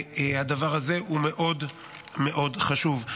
הדבר הזה הוא מאוד מאוד חשוב.